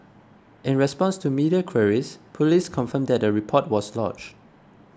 in response to media queries police confirmed that a report was lodged